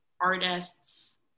artists